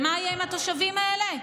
ומה יהיה עם התושבים האלה?